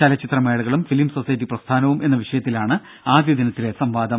ചലച്ചിത്ര മേളകളും film society പ്രസ്ഥാനവും എന്ന വിഷയത്തിലാണ് ആദ്യ ദിനത്തിലെ സംവാദം